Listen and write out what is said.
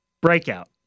Breakout